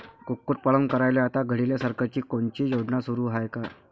कुक्कुटपालन करायले आता घडीले सरकारची कोनची योजना सुरू हाये का?